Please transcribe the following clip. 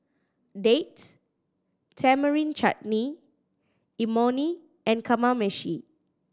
Date Tamarind Chutney Imoni and Kamameshi